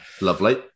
Lovely